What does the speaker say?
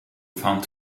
found